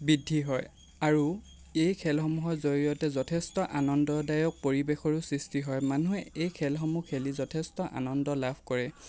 বৃদ্ধি হয় আৰু এই খেলসমূহৰ জৰিয়তে যথেষ্ট আনন্দদায়ক পৰিৱেশৰো সৃষ্টি হয় মানুহে এই খেলসমূহ খেলি যথেষ্ট আনন্দ লাভ কৰে